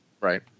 Right